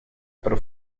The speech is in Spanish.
pero